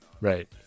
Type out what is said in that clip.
Right